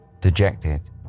Dejected